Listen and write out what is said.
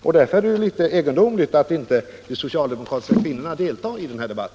Och då är det litet egendomligt att inte de socialdemokratiska kvinnorna deltar i denna debatt.